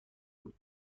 بود